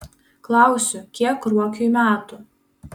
klausiu kiek ruokiui metų